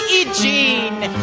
Eugene